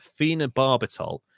phenobarbital